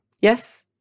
Yes